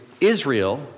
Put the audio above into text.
Israel